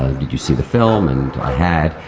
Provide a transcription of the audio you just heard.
ah did you see the film? and i had,